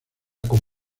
con